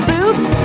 Boobs